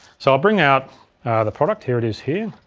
so i'll bring out the product, here it is here.